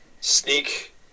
sneak